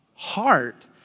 Heart